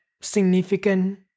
significant